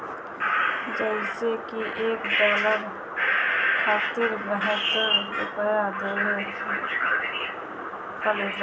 जइसे की एक डालर खातिर बहत्तर रूपया देवे के पड़ेला